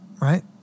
right